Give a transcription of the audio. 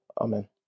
Amen